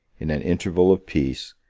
in an interval of peace,